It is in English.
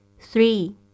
Three